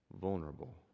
vulnerable